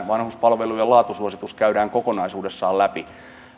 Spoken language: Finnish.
vanhuspalvelujen laatusuositus nyt käydään kokonaisuudessaan läpi